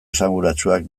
esanguratsuak